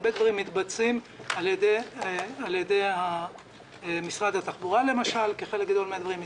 הרבה דברים מתבצעים על ידי משרד התחבורה למשל וחלק גדול מהדברים על